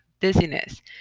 dizziness